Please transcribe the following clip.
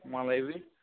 మళ్ళీ ఇవి